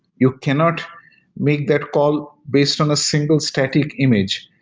you cannot make that call based on a single static image.